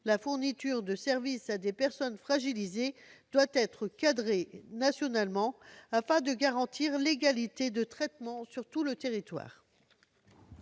La fourniture de services à des personnes fragilisées doit être cadrée nationalement, afin de garantir l'égalité de traitement sur tout le territoire.